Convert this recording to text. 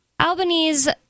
Albanese